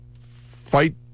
fight